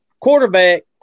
quarterback